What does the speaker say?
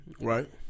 Right